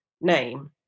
name